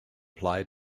applied